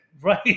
right